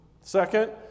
Second